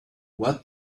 what